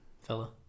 fella